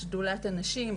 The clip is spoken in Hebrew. שדולת הנשים,